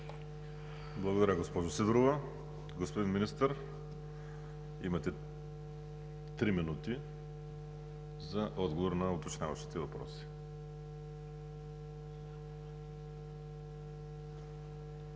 Благодаря, госпожо Сидорова. Господин Министър, имате три минути за отговор на уточняващите въпроси.